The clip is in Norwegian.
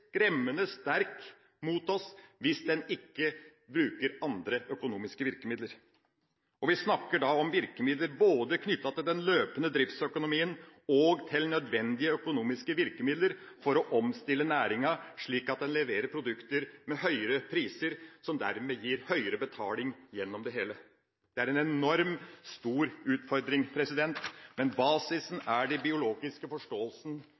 skremmende skarp mot oss hvis en ikke bruker andre økonomiske virkemidler. Vi snakker både om virkemidler knyttet til den løpende driftsøkonomien, og om nødvendige økonomiske virkemidler for å omstille næringa, slik at den leverer produkter med høyere priser som dermed gir høyere betaling gjennom hele kjeden. Det er en enormt stor utfordring, men basisen er den biologiske forståelsen